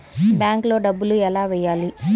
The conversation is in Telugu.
బ్యాంక్లో డబ్బులు ఎలా వెయ్యాలి?